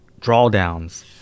drawdowns